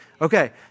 Okay